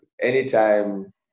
anytime